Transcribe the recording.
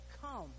come